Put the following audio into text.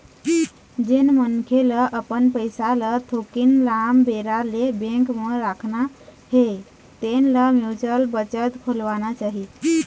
जेन मनखे ल अपन पइसा ल थोकिन लाम बेरा ले बेंक म राखना हे तेन ल म्युचुअल बचत खोलवाना चाही